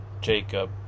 Jacob